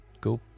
go